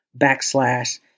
backslash